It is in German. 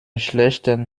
schlechten